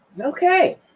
okay